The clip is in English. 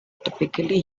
typically